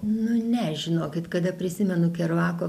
nu ne žinokit kada prisimenu keruako